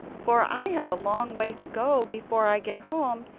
for i have a long way to go before i get home,